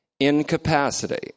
Incapacity